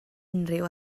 unrhyw